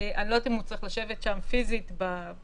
אני רק אומר כבר מעכשיו שיהיו בנוהל